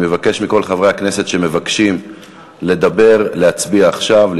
אני מבקש מכל חברי הכנסת שמבקשים לדבר להצביע עכשיו,